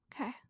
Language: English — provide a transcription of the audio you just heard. Okay